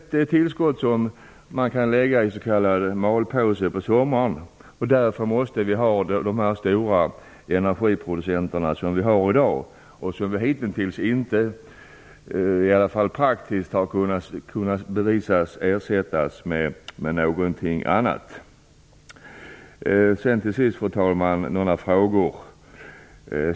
Det tillskottet kan läggas i en s.k. malpåse på sommaren. Därför måste vi ha de stora energiproducenter som vi har i dag. Det har inte praktiskt kunnat bevisas att de kan ersättas av något annat. Fru talman! Till sist har jag några frågor.